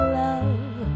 love